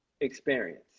experience